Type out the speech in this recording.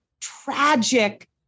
tragic